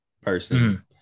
person